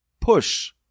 push